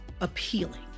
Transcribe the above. appealing